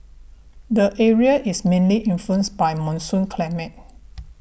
the area is mainly influenced by monsoon climate